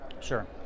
Sure